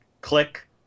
Click